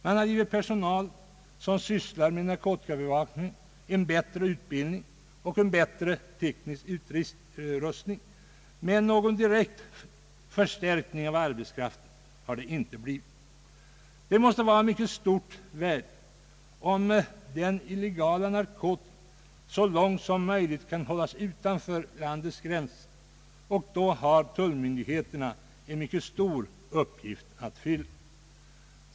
Man har givit personal, som sysslar med narkotikabevakning, en bättre utbildning och en bättre teknisk utrustning, men någon direkt förstärkning av arbetskraften har inte gjorts. Det måste vara av mycket stort värde om den illegala narkotikan så långt som möjligt kan hållas utanför landets gränser, och då har tullmyndigheterna en mycket stor uppgift att fylla.